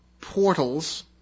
portals